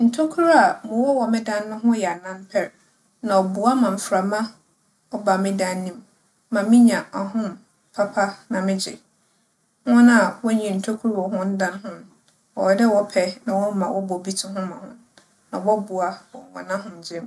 Ntokura a mowͻ wͻ me dan ho yɛ anan pɛr, na ͻboa ma mframa ͻba me dan no mu ma minya ahom papa na megye. Hͻn a wonnyi ntokuro wͻ hͻn dan ho no, ͻwͻ dɛ wͻpɛ na wͻma wͻbͻ bi to ho ma hͻn, na ͻbͻboa wͻ hͻn ahomgye mu.